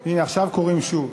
הנה, עכשיו קוראים שוב.